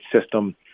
system